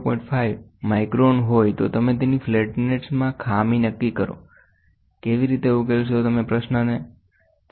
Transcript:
5 micron હોય તો તમે તેની ફલેટ્નેસ મા ખામી નક્કી કરો કેવી રીતે ઉકેલી શકો છો